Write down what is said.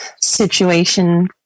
situation